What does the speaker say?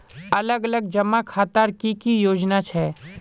अलग अलग जमा खातार की की योजना छे?